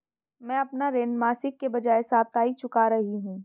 मैं अपना ऋण मासिक के बजाय साप्ताहिक चुका रही हूँ